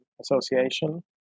association